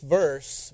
verse